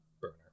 burner